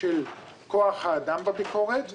של כוח האדם בביקורת.